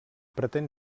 pretén